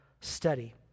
study